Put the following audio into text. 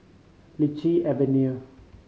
Lichi Avenue